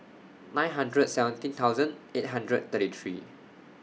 nine hundred seventeen thousand eight hundred thirty three